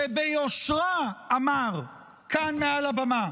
שביושרה אמר כאן מעל הבמה.